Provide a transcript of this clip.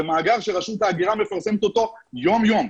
זה מאגר שרשות ההגירה מפרסמת אותו יום יום,